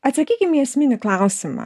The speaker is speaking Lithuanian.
atsakykim į esminį klausimą